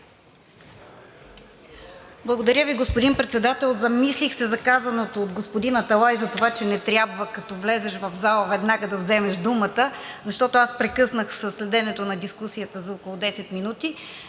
Благодаря Ви, господин Председател. Замислих се за казаното от господин Аталай – за това, че не трябва, като влезеш в залата, веднага да вземеш думата, защото аз прекъснах следенето на дискусията за около 10 минути.